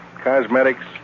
cosmetics